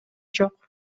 жок